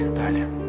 tanya